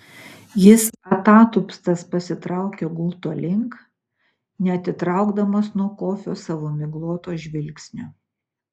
jis atatupstas pasitraukė gulto link neatitraukdamas nuo kofio savo migloto žvilgsnio